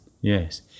Yes